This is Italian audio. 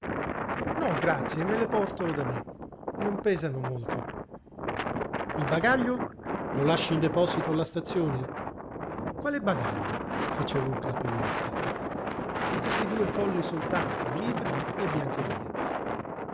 no grazie me le porto da me non pesano molto il bagaglio lo lasci in deposito alla stazione quale bagaglio fece luca pelletta ho questi due colli soltanto libri e biancheria